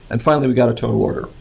and finally, we got a total order.